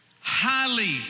highly